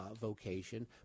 vocation